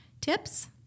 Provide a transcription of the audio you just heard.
tips